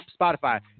Spotify